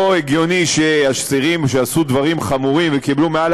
לא הגיוני שאסירים שעשו דברים חמורים וקיבלו עונש מאסר מעל